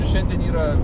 šiandien yra